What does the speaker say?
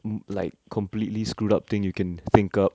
mm like completely screwed up thing you can think up